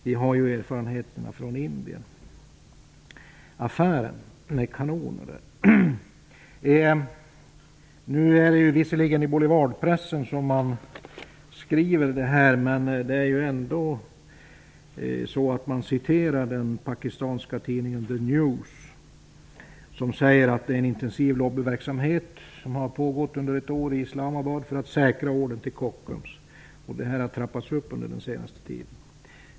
Vi har ju erfarenheter sedan Det är visserligen i boulevardpressen som det skrivs om detta, men man citerar ändå den pakistanska tidningen The News. Det står: ''Den intensiva lobbyverksamhet som under ett drygt år bedrivits i Islamabad för att säkra ordern till Kockums har trappats upp under den senaste tiden.